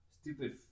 Stupid